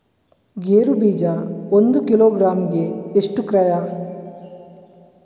ಗೇರು ಬೀಜ ಒಂದು ಕಿಲೋಗ್ರಾಂ ಗೆ ಎಷ್ಟು ಕ್ರಯ?